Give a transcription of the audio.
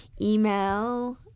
email